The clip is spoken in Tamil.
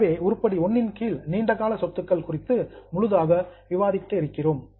எனவே உருப்படி 1 இன் கீழ் நீண்டகால சொத்துக்கள் குறித்து முழுதாக விவாதித்திருக்கிறோம்